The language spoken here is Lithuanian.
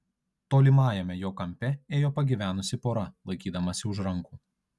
tolimajame jo kampe ėjo pagyvenusi pora laikydamasi už rankų